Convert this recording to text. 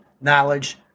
knowledge